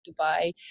Dubai